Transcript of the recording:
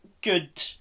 good